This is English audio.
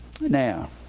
now